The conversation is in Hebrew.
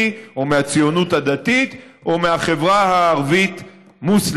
או מהציונות הדתית או מהחברה הערבית-מוסלמית.